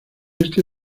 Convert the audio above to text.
este